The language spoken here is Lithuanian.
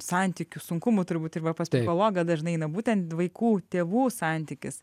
santykių sunkumų turbūt ir va pas psichologą dažnai eina būtent vaikų tėvų santykis